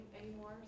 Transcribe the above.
anymore